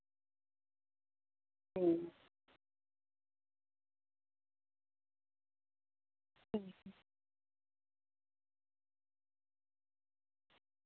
ᱦᱩᱸ